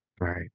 Right